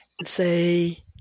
say